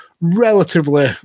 relatively